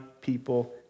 people